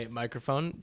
microphone